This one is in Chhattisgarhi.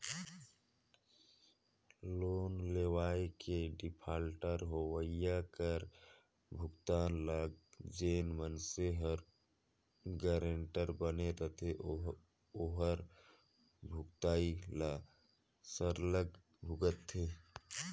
लोन लेवइया के डिफाल्टर होवई कर भुगतई ल जेन मइनसे हर गारंटर बने रहथे ओहर भुगतई ल सरलग भुगतथे